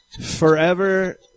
forever